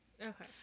okay